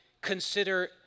consider